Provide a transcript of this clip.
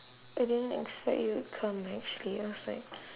I didn't expect you would come actually I was like